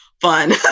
fun